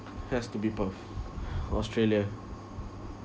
has to be perth Australia